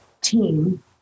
team